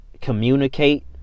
Communicate